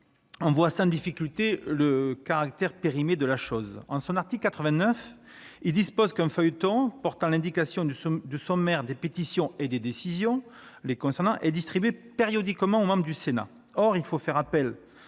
On voit sans difficulté le caractère périmé du texte. En son article 89, le règlement dispose qu'un « feuilleton portant l'indication sommaire des pétitions et des décisions les concernant est distribué périodiquement aux membres du Sénat